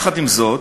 עם זאת,